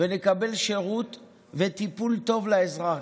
ונקבל שירות וטיפול טוב לאזרח.